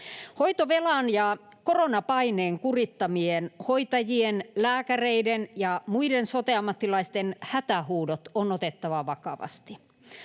Hoitovelan ja koronapaineen kurittamien hoitajien, lääkäreiden ja muiden sote-ammattilaisten hätähuudot on otettava vakavasti.